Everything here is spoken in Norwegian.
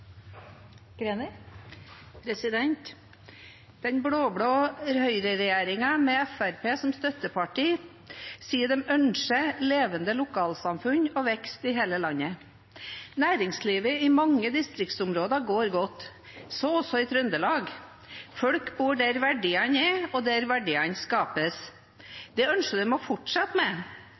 Den blå-blå høyreregjeringen med Fremskrittspartiet som støtteparti sier de ønsker levende lokalsamfunn og vekst i hele landet. Næringslivet i mange distriktsområder går godt – så også i Trøndelag. Folk bor der verdiene er, og der verdiene skapes. Det ønsker de å fortsette med. Da er det bare så synd at høyreregjeringen med